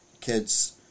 Kids